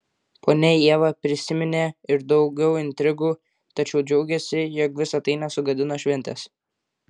ponia ieva prisiminė ir daugiau intrigų tačiau džiaugėsi jog visa tai nesugadino šventės